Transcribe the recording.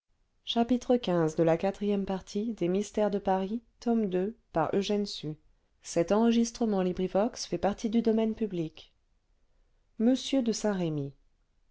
m de saint-remy